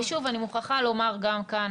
ושוב אני מוכרחה לומר גם כאן,